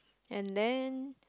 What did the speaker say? and then